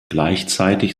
gleichzeitig